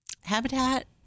Habitat